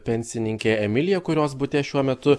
pensininkė emilija kurios bute šiuo metu